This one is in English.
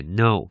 no